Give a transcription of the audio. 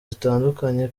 zitandukanye